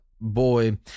boy